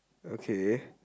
okay